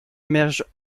émerge